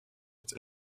its